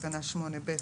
בתקנה 8(ב)